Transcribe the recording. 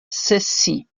cessy